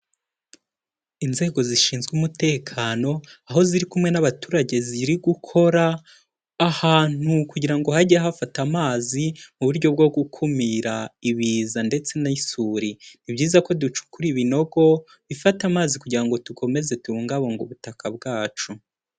Inzego zishinzwe umutekano, aho ziri kumwe n'abaturage, ziri gukora ahantu kugira ngo hajye hafata amazi mu buryo bwo gukumira ibiza ndetse n'ay'isuri. Ni byiza ko ducukura ibinogo bifata amazi, kugira ngo dukomeze tubungabunge ubutaka bwacu.